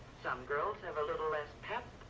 some girls have a little less pep,